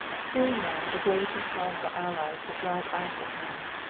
soon now the great and powerful allies would drive out the huns,